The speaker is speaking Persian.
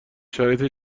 شرایط